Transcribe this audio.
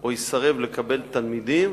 או יסרב לקבל תלמידים